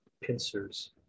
pincers